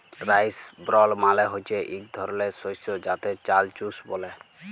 rice ব্রল মালে হচ্যে ইক ধরলের শস্য যাতে চাল চুষ ব্যলে